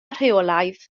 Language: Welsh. rheolaidd